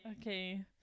okay